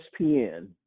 ESPN